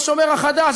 השומר החדש,